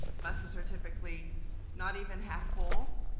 buses are typically not even half full.